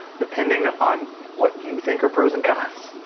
depending on what you think are pros and cons.